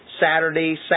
Saturday